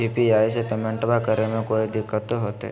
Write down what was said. UPI से पेमेंटबा करे मे कोइ दिकतो होते?